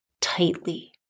tightly